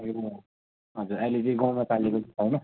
हजुर अहिले चाहिँ गाउँमा पालेको चाहिँ छैन